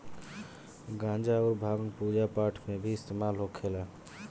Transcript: गांजा अउर भांग पूजा पाठ मे भी इस्तेमाल होखेला